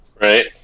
right